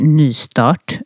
nystart